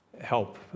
help